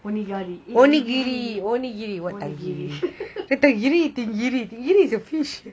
onigiri onigiri